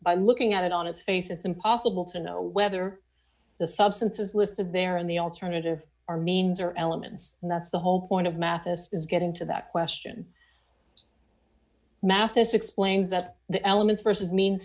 by looking at it on its face it's impossible to know whether the substances listed there in the alternative are means or elements and that's the whole point of mathis is getting to that question mathis explains that the elements versus means